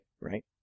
right